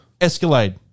Escalade